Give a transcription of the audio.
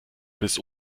bis